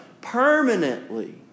permanently